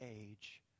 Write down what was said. age